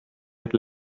had